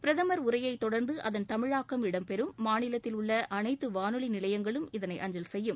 பிரதமர் உரையை தொடர்ந்து அதன் தமிழாக்கம் இடம் பெறும் மாநிலத்தில் உள்ள அனைத்து வானொலி நிலையங்களும் இதனை அஞ்சல் செய்யும்